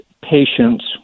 patients